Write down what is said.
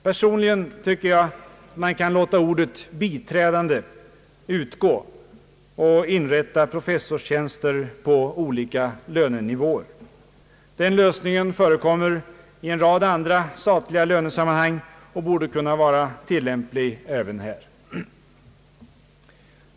Personligen tycker jag att man kan låta ordet biträdande utgå och inrätta professorstjänster på olika lönenivåer. Den lösningen förekommer i en rad andra statliga lönesammanhang och borde kunna vara tilllämplig även här.